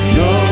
no